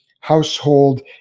household